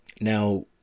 Now